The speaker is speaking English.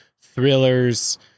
thrillers